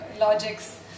logics